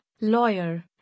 lawyer